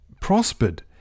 prospered